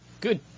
Good